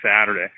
Saturday